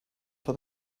for